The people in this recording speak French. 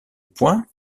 points